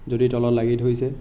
যদি তলত লাগি ধৰিছে